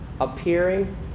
appearing